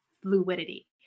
fluidity